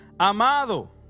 Amado